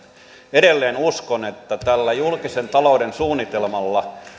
edelleen uskon että tällä julkisen talouden suunnitelmalla